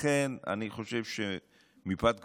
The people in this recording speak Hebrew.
לכן אני חושב שמפאת כבודך,